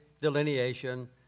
delineation